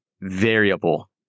variable